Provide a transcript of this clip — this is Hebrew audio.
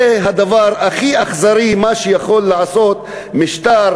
זה הדבר הכי אכזרי שיכול לעשות משטר